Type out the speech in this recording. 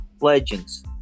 legends